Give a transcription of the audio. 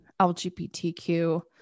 LGBTQ